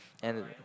and